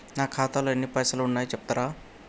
నా ఖాతాలో ఎన్ని పైసలు ఉన్నాయి చెప్తరా?